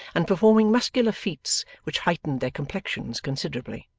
and performing muscular feats which heightened their complexions considerably.